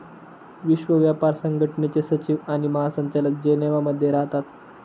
विश्व व्यापार संघटनेचे सचिव आणि महासंचालक जनेवा मध्ये राहतात